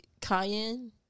cayenne